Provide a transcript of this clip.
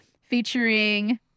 featuring